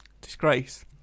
Disgrace